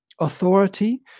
authority